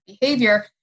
behavior